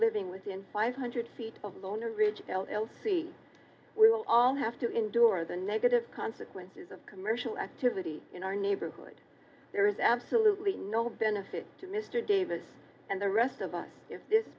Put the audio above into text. living within five hundred feet of the owner ridge l l c we will all have to endure the negative consequences of commercial activity in our neighborhood there is absolutely no benefit to mr davis and the rest of us i